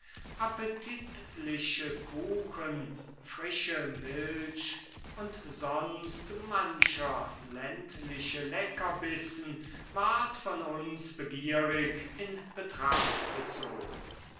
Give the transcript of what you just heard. appetitliche kuchen frische milch und sonst mancher ländliche leckerbissen ward von uns begierig in betracht gezogen